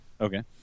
Okay